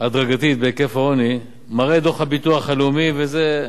הדרגתית בהיקף העוני מראה דוח הביטוח הלאומי, וזה,